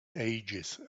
ages